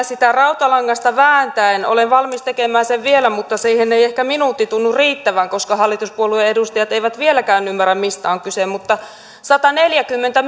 sitä rautalangasta vääntäen olen valmis tekemään sen vielä mutta siihen ei ehkä minuutti tunnu riittävän koska hallituspuolueiden edustajat eivät vieläkään ymmärrä mistä on kyse mutta sataneljäkymmentä